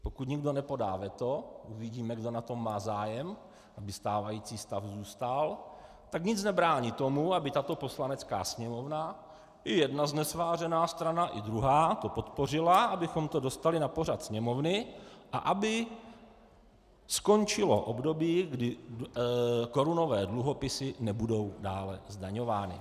Pokud nikdo nepodá veto uvidíme, kdo na tom má zájem, aby stávající stav zůstal , tak nic nebrání tomu, aby tato Poslanecká sněmovna i jedna znesvářená strana i druhá to podpořila, abychom to dostali na pořad Sněmovny a aby skončilo období, kdy korunové dluhopisy nebudou dále zdaňovány.